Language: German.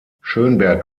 schönberg